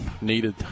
needed